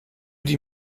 die